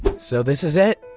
so this is it.